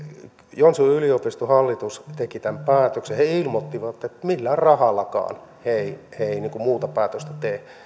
joensuun yliopiston hallitus teki tämän päätöksen ja he ilmoittivat että millään rahallakaan he eivät muuta päätöstä tee